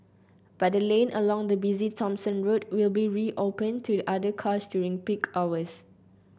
but the lane along the busy Thomson Road will be reopened to other cars during peak hours